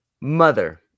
Mother